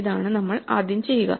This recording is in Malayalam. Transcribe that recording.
ഇതാണ് നമ്മൾ ആദ്യം ചെയ്യുക